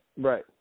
right